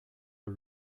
are